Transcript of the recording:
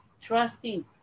trusting